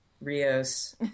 Rios